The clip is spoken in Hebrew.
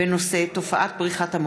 התשע"ט 2018,